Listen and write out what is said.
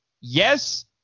Yes